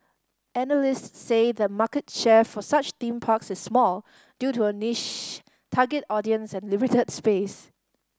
analysts say the market share for such theme parks is small due to a niche target audience and limited space